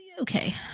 okay